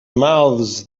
mouths